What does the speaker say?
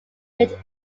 mid